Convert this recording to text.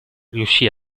riuscì